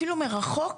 אפילו מרחוק,